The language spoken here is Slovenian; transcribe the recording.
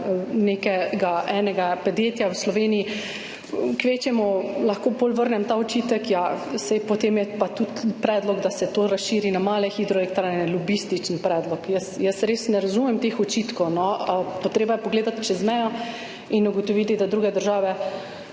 korist enega podjetja v Sloveniji. Kvečjemu lahko potem vrnem ta očitek, ja, saj potem je pa tudi predlog, da se to razširi na male hidroelektrarne, lobističen predlog. Jaz res ne razumem teh očitkov. Treba je pogledati čez mejo in ugotoviti, da druge države